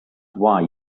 why